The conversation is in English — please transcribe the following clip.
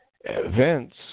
events